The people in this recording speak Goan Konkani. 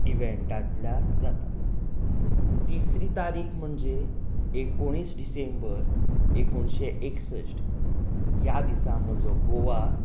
इवेंटांतल्या जातात तिसरी तारीक म्हणजे एकोणीस डिसेंबर एकोणशें एकसश्ट ह्या दिसा म्हजो गोवा